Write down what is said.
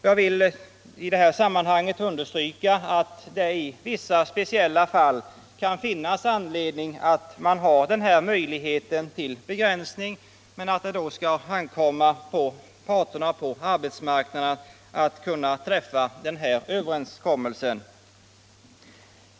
Jag vill understryka att det i vissa speciella fall kan finnas anledning att ha denna möjlighet till begränsning men att det då skall ankomma på parterna på arbetsmarknaden att träffa en sådan överenskommelse.